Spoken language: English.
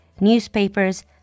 newspapers